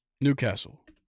Newcastle